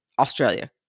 Australia